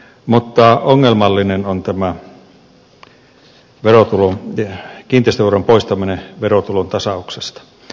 mutta ongelmallinen on tämä kiinteistöveron poistaminen verotulontasauksesta